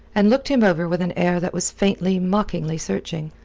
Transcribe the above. and looked him over with an air that was faintly, mockingly searching.